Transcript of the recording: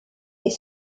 est